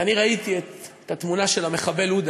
אני ראיתי את התמונה של המחבל עודה